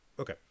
Okay